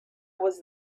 was